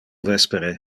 vespere